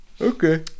Okay